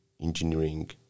engineering